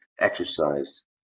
Exercise